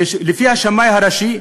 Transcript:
לפי השמאי הראשי,